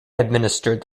administered